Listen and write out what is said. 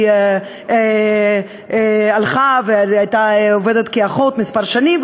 היא הלכה ועבדה כאחות כמה שנים,